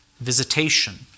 Visitation